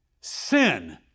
sin